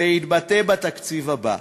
זה יתבטא בתקציב הבא.